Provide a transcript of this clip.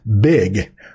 big